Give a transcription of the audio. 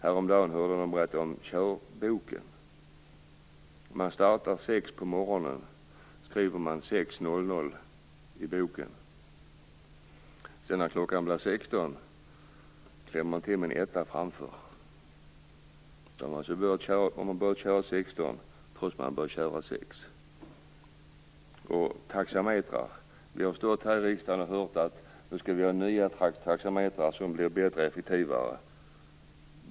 Häromdagen hörde jag någon berätta om körboken. Man startar klockan sex på morgonen och skriver 6.00 i boken. Sedan, när klockan blir sexton, klämmer man till med en etta framför. Därmed har man börjat köra kl. 16.00, trots att man egentligen har börjat kl. 6.00. Sedan har vi taxametrarna. Vi har här i riksdagen hört att det nu skall bli nya taxametrar som skall vara bättre och effektivare.